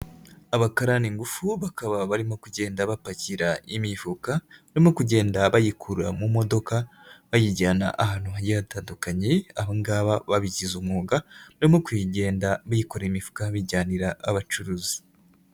Abakaraningufu bakaba barimo kugenda bapakira imifuka, barimo kugenda bayikura mu modoka, bayijyana ahantu hagiye hatandukanye abangaba babigize umwuga barimo kuyigenda bikoreye imifuka babijyanira abacuruzi.